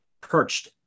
perched